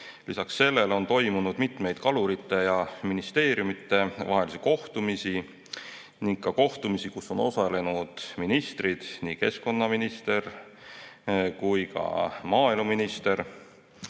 lisaks sellele on toimunud mitmeid kalurite ja ministeeriumide vahelisi kohtumisi ning ka kohtumisi, kus on osalenud ministrid, nii keskkonnaminister kui ka maaeluminister,